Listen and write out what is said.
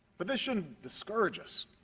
but this shouldn't discourage us,